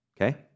okay